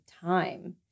time